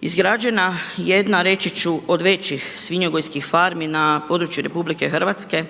izgrađena jedna reći ću od većih svinjogojskih farmi na području Republike Hrvatske